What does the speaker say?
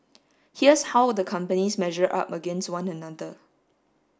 here's how the companies measure up against one another